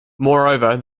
moreover